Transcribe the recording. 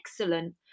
excellent